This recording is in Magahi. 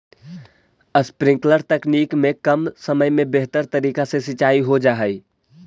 स्प्रिंकलर तकनीक में कम समय में बेहतर तरीका से सींचाई हो जा हइ